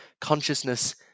consciousness